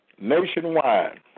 nationwide